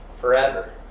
forever